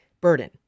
burden